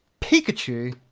Pikachu